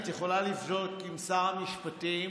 את יכולה לבדוק עם שר המשפטים,